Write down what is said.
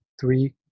three